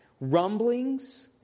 rumblings